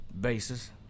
bases